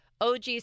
OG